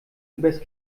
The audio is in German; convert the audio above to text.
übers